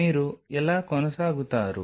మీరు ఎలా కొనసాగుతారు